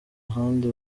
ahandi